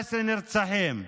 17 נרצחים,